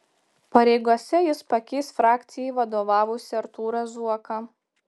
pareigose jis pakeis frakcijai vadovavusį artūrą zuoką